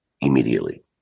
immediately